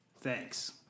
Thanks